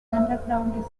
underground